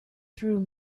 through